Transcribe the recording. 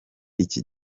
iki